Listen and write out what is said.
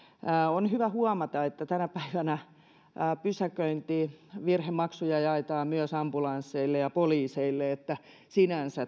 on hyvä huomata että tänä päivänä pysäköintivirhemaksuja jaetaan myös ambulansseille ja poliiseille eli sinänsä